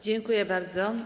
Dziękuję bardzo.